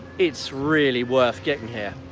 it's really worth getting here.